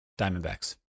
Diamondbacks